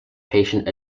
patient